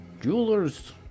jewelers